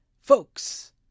folks